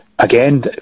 Again